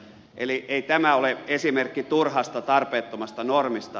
eli ei tämä ole esimerkki turhasta tarpeettomasta normista